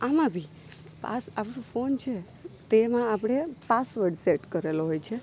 આમાં બી પાસ આ ફોન છે તેમાં આપણે પાસવર્ડ સેટ કરેલો હોય છે